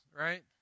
right